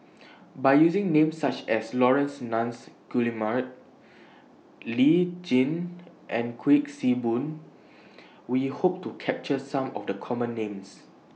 By using Names such as Laurence Nunns Guillemard Lee Tjin and Kuik Swee Boon We Hope to capture Some of The Common Names